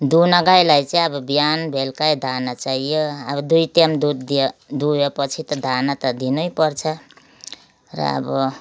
दुहुना गाईलाई चाहिँ अब बिहान बेलुकै दाना चाहियो अब दुई टाइम दुध दियो दुहेपछि दाना त दिनैपर्छ र अब